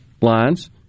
lines